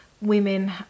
Women